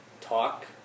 talk